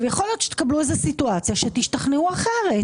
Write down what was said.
יכול להיות שתקבלו איזו סיטואציה שתשתכנעו אחרת